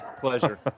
pleasure